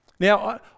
Now